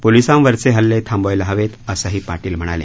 पोलिसांवरचे हल्ले थांबायला हवेत असंही पाटील म्हणाले